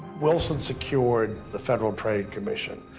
wilson secured the federal trade commission,